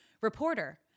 reporter